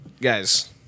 guys